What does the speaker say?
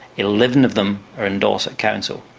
eleven of them are in dorset council,